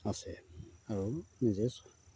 আছে আৰু নিজেই